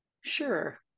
Sure